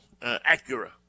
Acura